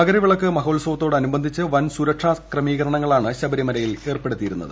മകരവിളക്ക് മഹോത്സവത്തോടനുബന്ധിച്ച് പ്രിൻ ്സുരക്ഷാ ക്രമീകരണങ്ങളാണ് ശബരിമലയിൽ ഏർപ്പെടുത്തിയിരുന്നത്